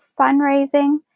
fundraising